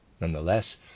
Nonetheless